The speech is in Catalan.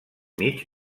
mig